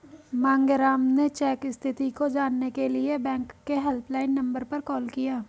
मांगेराम ने चेक स्थिति को जानने के लिए बैंक के हेल्पलाइन नंबर पर कॉल किया